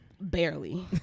Barely